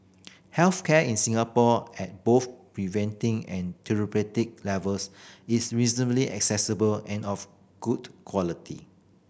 health care in Singapore at both preventive and therapeutic levels is reasonably accessible and of good quality